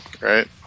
right